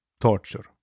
Torture